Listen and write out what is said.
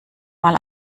mal